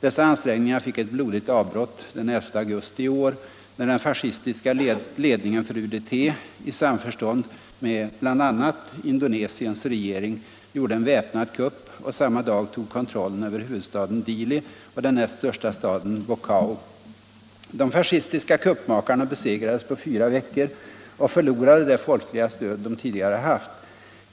Dessa ansträngningar fick ett blodigt avbrott den 11 augusti i år, när den fascistiska ledningen för UDT i samförstånd med bl.a. Indonesiens regering gjorde en väpnad kupp och samma dag tog kontrollen över huvudstaden Dili och den näst största staden Baucau. De fascistiska kuppmakarna besegrades på fyra veckor och förlorade det folkliga stöd de tidigare haft. Freden var fullständigt återställd.